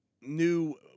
new